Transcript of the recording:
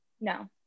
No